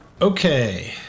Okay